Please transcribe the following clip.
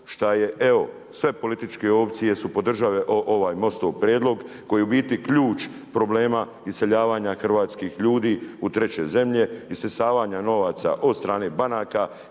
što je, evo sve političke opcije su podržale ovaj MOST-ov prijedlog koji je u biti ključ problema iseljavanja hrvatskih ljudi u treće zemlje, isisavanja novaca od strane banaka